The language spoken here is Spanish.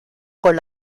con